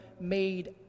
made